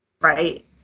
Right